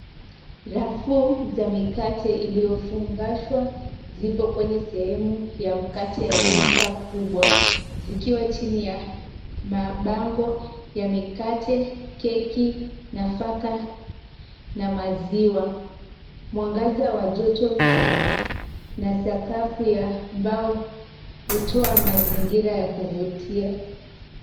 Rafu za mikate iliyofungashwa zipo kwenye sehemu ya mkate ya duka kubwa zikiwa chini ya mabango ya mikate, keki, nafaka na maziwa. Mwangaza wa joto na sakafu ya mbao hutoa mazingira ya kuvutia.